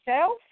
self